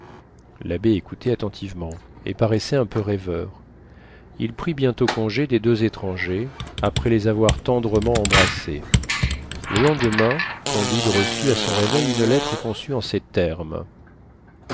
l'abbé écoutait attentivement et paraissait un peu rêveur il prit bientôt congé des deux étrangers après les avoir tendrement embrassés le lendemain candide reçut à son réveil une lettre conçue en ces termes